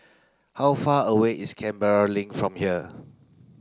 how far away is Canberra Link from here